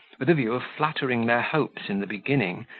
with a view of flattering their hopes in the beginning,